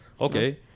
Okay